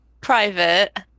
private